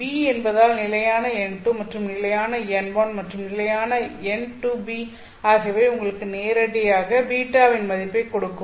b என்பதால் நிலையான n2 மற்றும் நிலையான n1 மற்றும் நிலையான n2b ஆகியவை உங்களுக்கு நேரடியாக β வின் மதிப்பைக் கொடுக்கும்